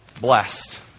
Blessed